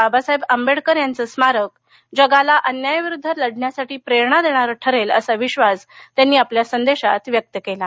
बाबासाहेब आंबेडकर यांचं स्मारक जगाला अन्यायाविरुद्ध लढण्यासाठी प्रेरणा देणारं ठरेल असा विश्वास मुख्यमंत्र्यांनी आपल्या संदेशात व्यक्त केला आहे